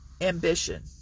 Ambition